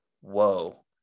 whoa